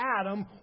Adam